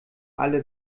alle